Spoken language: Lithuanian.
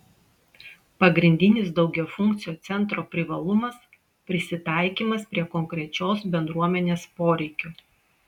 pagrindinis daugiafunkcio centro privalumas prisitaikymas prie konkrečios bendruomenės poreikių